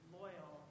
loyal